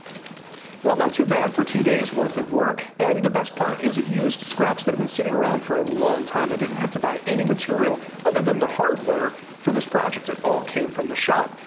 well, not too bad for two days worth of work. and the best part is it used scraps that have been sitting around for a long time. i didn't have to buy any material other than the hardware for this project, it all came from the shop.